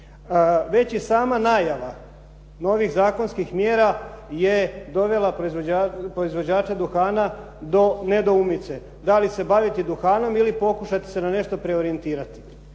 Već i sama najava novih zakonskih mjera je dovela proizvođača duhana do nedoumice da li se baviti duhanom ili pokušati se na nešto preorijentirati.